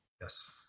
Yes